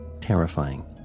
terrifying